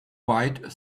white